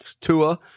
Tua